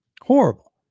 horrible